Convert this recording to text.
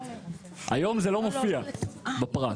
היום זה לא מופיע בפרט.